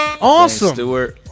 Awesome